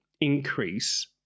increase